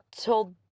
told